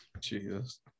Jesus